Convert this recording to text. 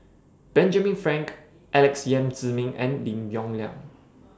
Benjamin Frank Alex Yam Ziming and Lim Yong Liang